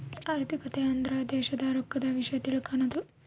ಆರ್ಥಿಕತೆ ಅಂದ್ರ ದೇಶದ್ ರೊಕ್ಕದ ವಿಷ್ಯ ತಿಳಕನದು